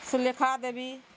Sulekha Debi